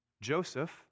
Joseph